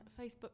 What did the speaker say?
Facebook